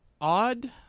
odd